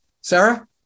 Sarah